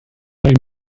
name